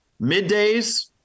middays